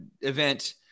event